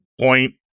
Point